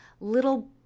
little